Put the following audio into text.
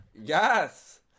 Yes